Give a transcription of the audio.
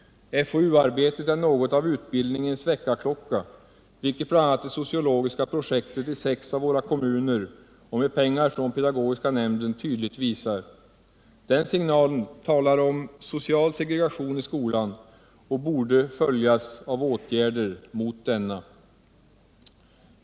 FoU-arbetet är något av utbildningens väckarklocka, vilket bl.a. det sociologiska projektet i sex av våra kommuner och med pengar från pedagogiska nämnden tydligt visar. Den signalen talar om social segregation i skolan och borde följas av åtgärder mot denna.